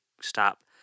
stop